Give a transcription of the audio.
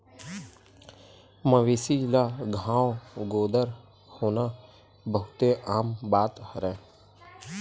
मवेशी ल घांव गोदर होना बहुते आम बात हरय